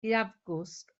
gaeafgwsg